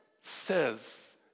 says